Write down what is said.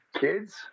kids